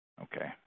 Okay